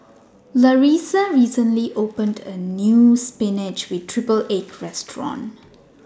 Larissa recently opened A New Spinach with Triple Egg Restaurant